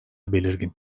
belirgin